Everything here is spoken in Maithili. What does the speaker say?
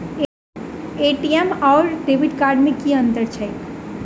ए.टी.एम आओर डेबिट कार्ड मे की अंतर छैक?